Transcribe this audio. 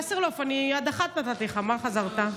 וסרלאוף, עד 13:00 נתתי לך, מה חזרת?